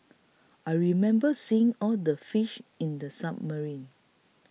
I remember seeing all the fish in the submarine